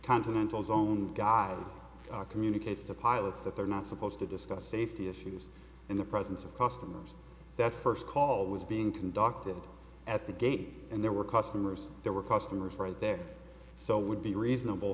continental zone guy communicates to pilots that they're not supposed to discuss safety issues in the presence of customers that first call was being conducted at the game and there were customers there were customers right there so it would be reasonable